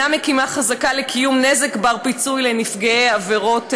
מקים חזקה לקיום נזק בר-פיצוי לנפגעי עבירות מין,